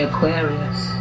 Aquarius